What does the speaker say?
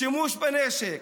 שימוש בנשק.